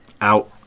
Out